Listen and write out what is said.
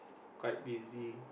quite busy